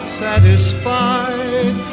satisfied